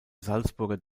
salzburger